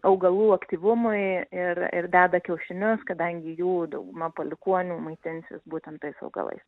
augalų aktyvumui ir ir deda kiaušinius kadangi jų dauguma palikuonių maitinsis būtent tais augalais